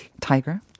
tiger